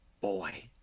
boy